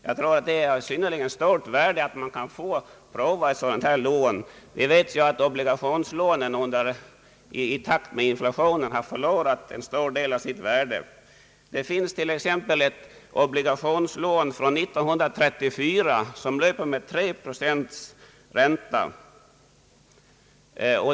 Jag tror det är av stort värde att man har möjlighet att pröva värdesäkra lån. Vi vet ju att obligationslånen i takt med inflationen har förlorat en stor del av sitt värde. Det finns t.ex. ett obligationslån från 1934 som löper med 3 procents ränta.